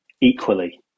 equally